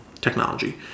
technology